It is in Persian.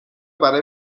برای